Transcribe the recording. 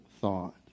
thought